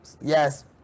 Yes